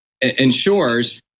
ensures